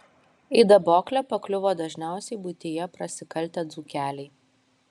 į daboklę pakliuvo dažniausiai buityje prasikaltę dzūkeliai